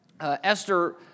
Esther